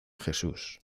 jesús